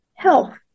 health